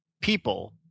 people